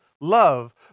love